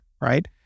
right